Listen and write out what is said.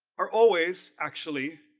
are always actually,